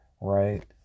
right